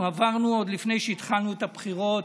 עברנו, עוד לפני שהתחלנו את הבחירות,